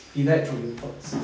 derived through your thoughts